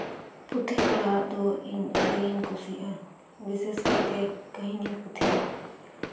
ᱯᱩᱛᱷᱤ ᱯᱟᱲᱦᱟᱜ ᱫᱚ ᱤᱧ ᱟᱹᱰᱤ ᱜᱤᱧ ᱠᱩᱥᱤᱭᱟᱜᱼᱟ ᱵᱤᱥᱮᱥ ᱠᱟᱭᱛᱮ ᱠᱟᱹᱦᱱᱤ ᱯᱩᱛᱷᱤ